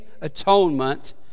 atonement